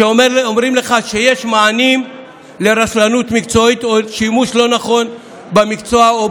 שאומרים לך שיש מענים לרשלנות מקצועית או לשימוש לא נכון במקצוע.